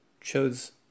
chose